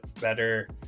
better